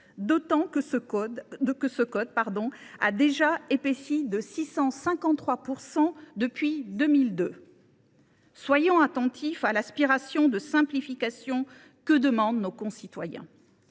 d’autant que ce code a déjà épaissi de 653 % depuis 2002 ! Soyons attentifs à l’aspiration de simplification exprimée par nos concitoyens.